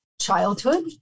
childhood